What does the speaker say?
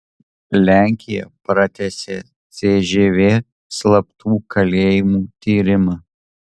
lenkija pratęsė cžv slaptų kalėjimų tyrimą